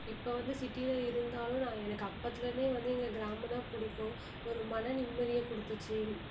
இப்போ வந்து சிட்டியில் இருந்தாலும் நான் எனக்கு அப்போத்துலருந்தே வந்து எங்கள் கிராமம் தான் பிடிக்கும் ஒரு மன நிம்மதியை கொடுத்துச்சி